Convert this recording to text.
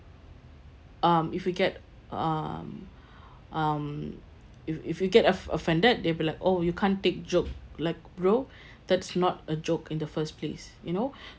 um if we get um um if if you get off~ offended they'll be like oh you can't take joke like bro that's not a joke in the first place you know